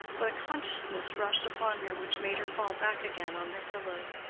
but a consciousness rushed upon her, which made her fall back again on her pillow.